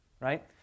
right